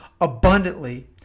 abundantly